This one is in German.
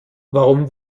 warum